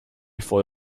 for